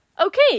Okay